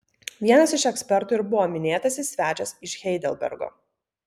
vienas iš ekspertų ir buvo minėtasis svečias iš heidelbergo